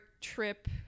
trip